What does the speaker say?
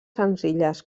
senzilles